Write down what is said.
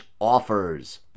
offers